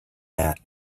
that